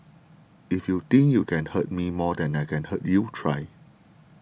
if you think you can hurt me more than I can hurt you try